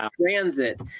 transit